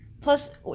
plus